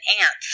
Ants